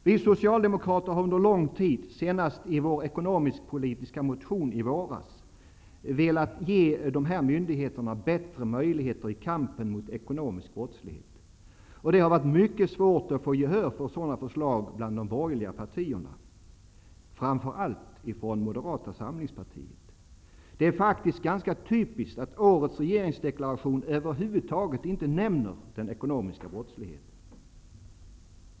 Vi socialdemokrater har under lång tid -- senast i vår ekonomisk-politiska motion i våras -- velat ge dessa myndigheter bättre möjligheter i kampen mot ekonomisk brottslighet. Det har varit mycket svårt att få gehör för sådana förslag bland de borgerliga partierna, framför allt hos Moderata samlingspartiet. Det är faktiskt ganska typiskt att årets regeringsdeklaration över huvud taget inte nämner den ekonomiska brottsligheten.